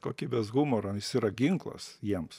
kokybės humoro jis yra ginklas jiems